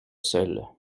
seul